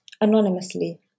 Anonymously